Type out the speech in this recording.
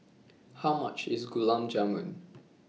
How much IS Gulab Jamun